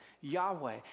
Yahweh